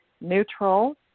Neutral